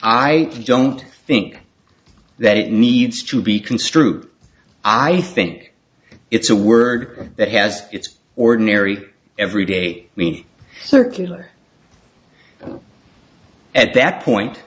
i don't think that it needs to be construed i think it's a word that has its ordinary every day mean circular at that point